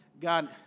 God